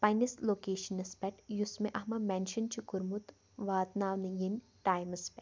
پننِس لوکیشنَس پٮ۪ٹھ یُس مےٚ اَتھ منٛز میٚنشَن چھُ کوٚرمُت واتناونہٕ یِنۍ ٹایمَس پٮ۪ٹھ